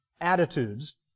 attitudes